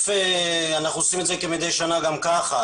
אנחנו עושים את זה כמדי שנה גם כך.